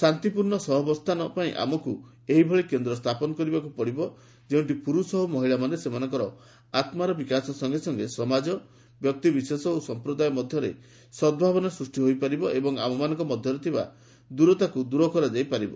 ଶାନ୍ତିପୂର୍ଣ୍ଣ ସହବସ୍ଥାନ ପାଇଁ ଆମକୁ ଏଇଭଳି କେନ୍ଦ୍ର ସ୍ଥାପନ କରିବାକୁ ପଡ଼ିବ ଯେଉଁଠି ପୁରୁଷ ଓ ମହିଳାମାନେ ସେମାନଙ୍କର ଆତ୍ମାର ବିକାଶ ସଙ୍ଗେ ସଙ୍ଗେ ସମାଜ ବ୍ୟକ୍ତିବିଶେଷ ଓ ସମ୍ପ୍ରଦାୟ ମଧ୍ୟରେ ସଦ୍ଭାବନା ସୃଷ୍ଟି ହୋଇପାରିବ ଏବଂ ଆମମାନଙ୍କ ମଧ୍ୟରେ ଥିବା ଦୂରତାକୁ ଦୂର କରାଯାଇ ପାରିବ